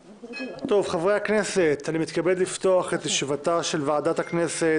אני פותח את ישיבת ועדת הכנסת.